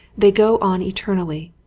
they go on eternally,